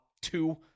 two